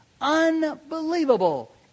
unbelievable